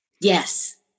Yes